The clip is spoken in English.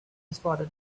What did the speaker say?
spotted